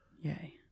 yay